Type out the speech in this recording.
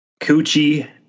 Coochie